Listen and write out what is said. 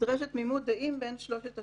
נדרשת תמימות דעים בין שלושת השופטים.